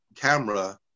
camera